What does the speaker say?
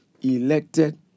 elected